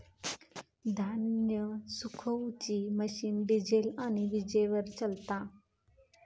धान्य सुखवुची machine diesel आणि वीजेवर चलता